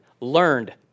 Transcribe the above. learned